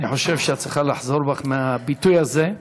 אני חושב שאת צריכה לחזור בך מהביטוי הזה,